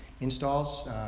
installs